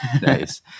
nice